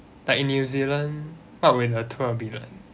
like in new zealand what would the tour be like